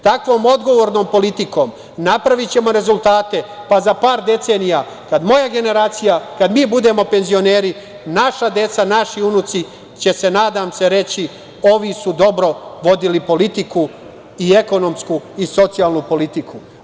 Takvom odgovornom politikom napravićemo rezultate, pa za par decenija kad moja generacija, kad mi budemo penzioneri, naša deca, naši unuci će nadam se reći, ovi su dobro vodili politiku i ekonomsku i socijalnu politiku.